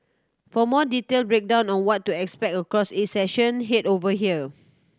for more detailed breakdown of what to expect across each session head over here